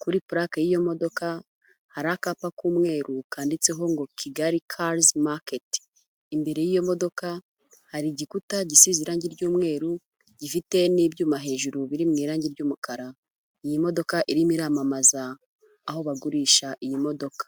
kuri pulake y'iyo modoka, hari akapa k'umweru kanditseho ngo Kigali cars market, imbere y'iyo modoka hari igikuta gisize irangi ry'umweru gifite n'ibyuma hejuru biri mu irangi ry'umukara, iyi modoka irimo iramamaza aho bagurisha iyi modoka.